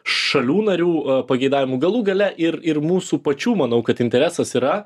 šalių narių pageidavimu galų gale ir ir mūsų pačių manau kad interesas yra